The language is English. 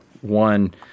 One